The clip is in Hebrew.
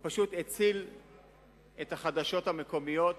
פשוט הציל את החדשות המקומיות.